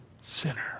sinner